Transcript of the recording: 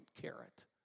carrot